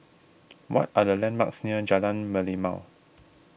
what are the landmarks near Jalan Merlimau